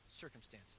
circumstances